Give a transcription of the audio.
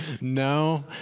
No